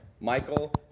Michael